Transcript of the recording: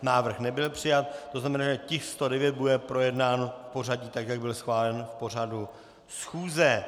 Návrh nebyl přijat, tzn., že tisk 109 bude projednán v pořadí tak, jak byl schválen v pořadu schůze.